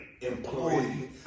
employee